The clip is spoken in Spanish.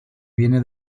viene